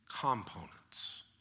components